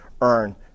earn